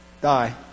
Die